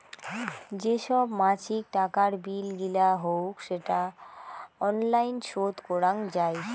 যে সব মাছিক টাকার বিল গিলা হউক সেটা অনলাইন শোধ করাং যাই